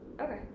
Okay